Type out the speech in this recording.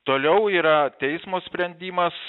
toliau yra teismo sprendimas